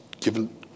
given